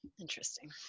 Interesting